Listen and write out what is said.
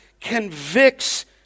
convicts